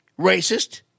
Racist